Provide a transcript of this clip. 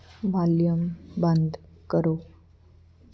volume ਬੰਦ ਕਰੋ